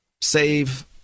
save